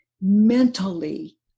mentally